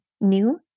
new